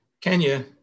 Kenya